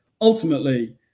ultimately